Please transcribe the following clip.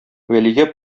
вәлигә